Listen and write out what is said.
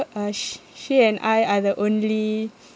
uh sh~ she and I are the only